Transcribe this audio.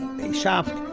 they shopped.